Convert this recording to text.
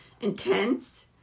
intense